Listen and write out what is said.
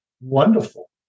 Wonderful